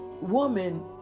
woman